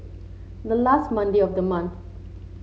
the last Monday of the month